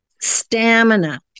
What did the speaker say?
stamina